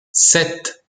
sept